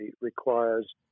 requires